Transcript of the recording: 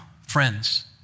friends